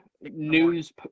news